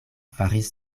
faris